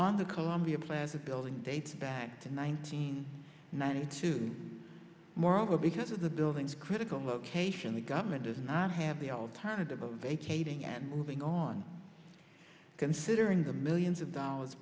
the columbia plaza building dates back to nineteen ninety two moreover because of the building critical location the government does not have the alternative of vacating and moving on considering the millions of dollars